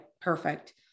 perfect